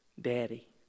daddy